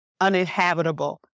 uninhabitable